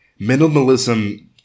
minimalism –